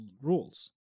rules